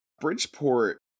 Bridgeport